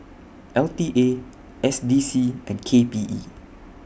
L T A S D C and K P E